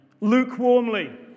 lukewarmly